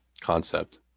concept